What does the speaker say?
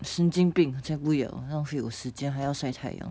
神经病才不要浪费我时间还要晒太阳